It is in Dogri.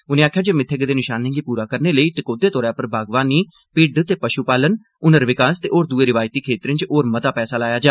उनें आक्खेआ जे मित्थे गेदे नशाने गी पूरा करने लेई टकोह्दे तौर उप्पर बागवानी भिड्ढ ते पशु पालन हुनर विकास ते होर दूए रिवायती खेतरें च होर मता पैसा लाया जा